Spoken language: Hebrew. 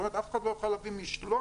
אף אחד לא יוכל להביא משלוח